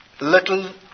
little